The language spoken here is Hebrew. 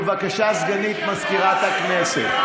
בבקשה, סגנית מזכירת הכנסת.